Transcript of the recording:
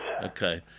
Okay